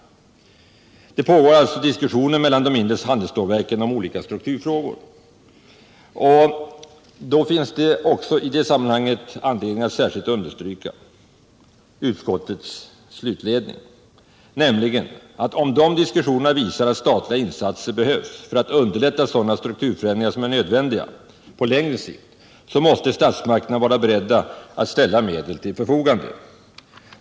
Det pågår diskussioner mellan de mindre handelsstålverken om olika strukturfrågor, och det finns i det sammanhanget anledning att särskilt understryka utskottets slutledning, nämligen att om de diskussionerna visar att statliga insatser behövs för att underlätta sådana strukturförändringar som är nödvändiga på längre sikt, så måste statsmakterna vara beredda att ställa medel till förfogande.